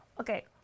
okay